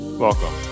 Welcome